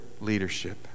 leadership